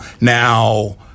Now